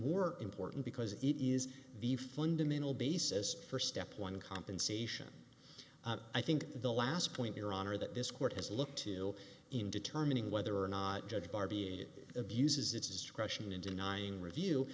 more important because it is the fund mental basis for step one compensation i think the last point your honor that this court has looked to in determining whether or not judge bar being abuses its discretion in denying review